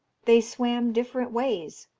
they swam different ways,